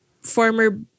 former